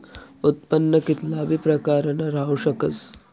उत्पन्न कित्ला बी प्रकारनं राहू शकस